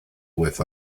with